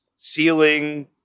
Ceiling